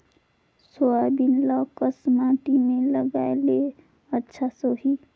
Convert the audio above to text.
Soybean ल कस माटी मे लगाय ले अच्छा सोही?